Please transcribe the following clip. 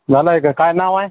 झालं आहे का काय नावय